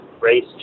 race